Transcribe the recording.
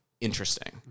interesting